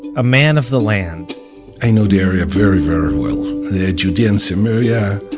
a man of the land i know the area very very well the judea and samaria,